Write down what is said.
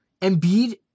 Embiid